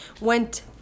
went